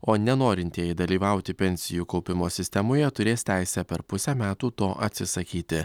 o nenorintieji dalyvauti pensijų kaupimo sistemoje turės teisę per pusę metų to atsisakyti